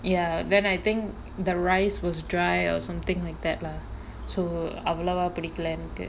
ya then I think the rice was dry or something like that lah so அவலவா புடிக்கல எனக்கு:avalavaa pudikala enakku